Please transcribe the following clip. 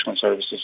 services